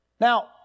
Now